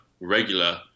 regular